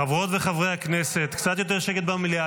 חברות וחברי הכנסת, קצת יותר שקט במליאה.